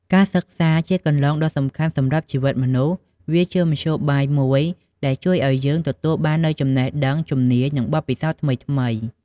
ការសិក្សាជាគន្លងដ៏សំខាន់សម្រាប់ជីវិតមនុស្ស វាជាមធ្យោបាយមួយដែលជួយឲ្យយើងទទួលបាននូវចំណេះដឹង ជំនាញ និងបទពិសោធន៍ថ្មីៗ។